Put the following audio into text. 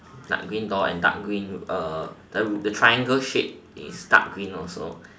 dark green door and dark green uh then the triangle shape is dark green also